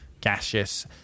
gaseous